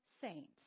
saints